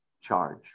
charge